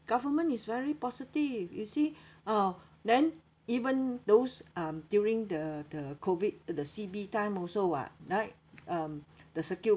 government is very positive you see ah then even those um during the the COVID the C_B time also [what] right um the circuit